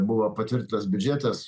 buvo patvirtintas biudžetas